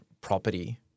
property